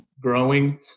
growing